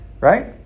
right